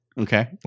Okay